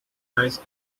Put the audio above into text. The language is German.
eis